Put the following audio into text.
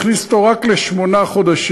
הכניס אותו רק לשמונה חודשים.